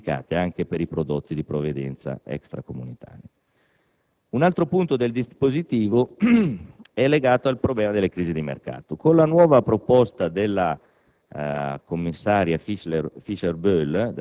controllare che le stesse norme siano applicate anche per i prodotti di provenienza extracomunitaria. Un altro punto del dispositivo della mozione è legato al problema delle crisi di mercato. Con la nuova proposta della